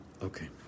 Okay